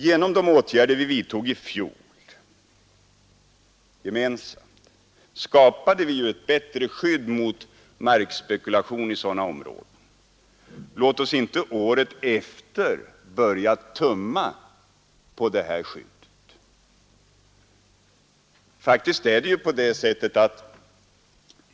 Genom de åtgärder vi gemensamt vidtog i fjol skapade vi ett bättre skydd mot markspekulation i sådana områden. Låt oss inte året efter börja tumma på detta skydd.